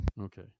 Okay